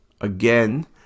again